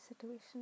situation